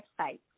website